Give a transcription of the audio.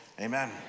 amen